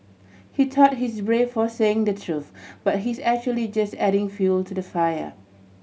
he thought he's brave for saying the truth but he's actually just adding fuel to the fire